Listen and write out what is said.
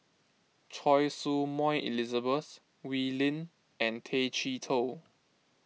Choy Su Moi Elizabeth Wee Lin and Tay Chee Toh